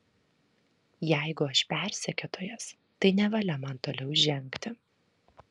jeigu aš persekiotojas tai nevalia man toliau žengti